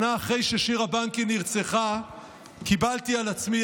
שנה אחרי ששירה בנקי נרצחה קיבלתי על עצמי,